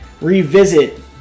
revisit